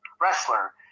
wrestler